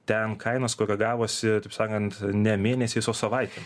ten kainos koregavosi taip sakant ne mėnesiais o savaitėm